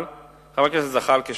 אבל חבר הכנסת זחאלקה,